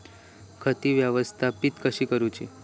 खाती व्यवस्थापित कशी करूची?